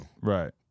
Right